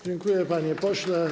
Dziękuję, panie pośle.